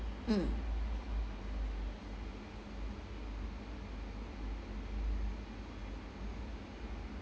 mm